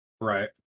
right